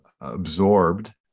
absorbed